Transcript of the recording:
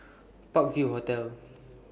Park View Hotel